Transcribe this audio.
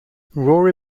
rory